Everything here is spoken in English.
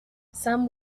some